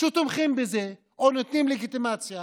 שתומכים בזה או נותנים לגיטימציה.